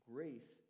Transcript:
Grace